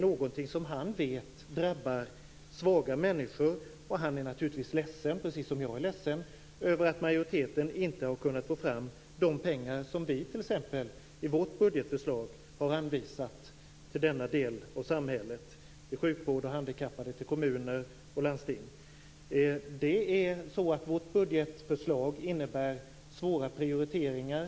Han vet att detta drabbar svaga människor. Han är, precis som jag är, ledsen över att majoriteten inte har kunnat få fram de pengar som t.ex. vi i vårt budgetförslag anvisar för denna del av samhället - dvs. till sjukvård och handikappade, alltså till kommuner och landsting. Det är ett budgetförslag som innebär svåra prioriteringar.